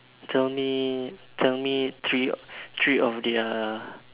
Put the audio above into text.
tell me tell me three three of their